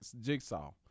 Jigsaw